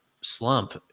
slump